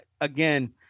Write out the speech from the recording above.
again